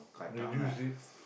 reduce it